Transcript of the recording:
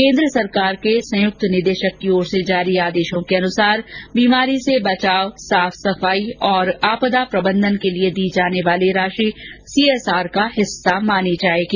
केन्द्र सरकार के संयुक्त निदेशक की ओर से जारी आदेशों के अनुसार बीमारी से बचाव साफ सफाई और आपदा प्रबंधन के लिए दी जाने वाली राशि सीएसआर का हिस्सा मानी जाएगी